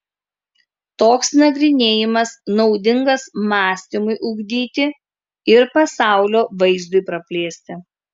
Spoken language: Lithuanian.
toks nagrinėjimas naudingas mąstymui ugdyti ir pasaulio vaizdui praplėsti